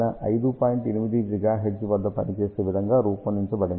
8 GHz వద్ద పనిచేసే విధముగా రూపొందించబడింది